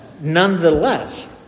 nonetheless